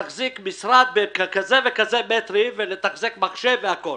להחזיק משרד בכמה וכזה מטרים ולתחזק מחשב והכול.